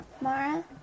Mara